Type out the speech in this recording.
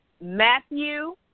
Matthew